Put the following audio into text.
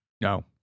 No